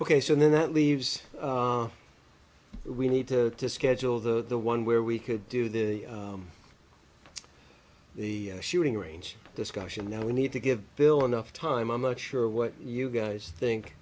ok so then that leaves we need to to schedule though the one where we could do the the shooting range discussion now we need to give bill enough time i'm not sure what you guys think